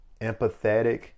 empathetic